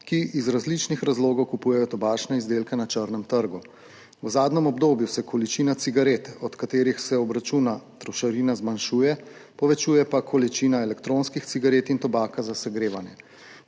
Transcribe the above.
ki iz različnih razlogov kupujejo tobačne izdelke na črnem trgu. V zadnjem obdobju se količina cigaret, od katerih se obračuna trošarina, zmanjšuje, povečuje pa količina elektronskih cigaret in tobaka za segrevanje.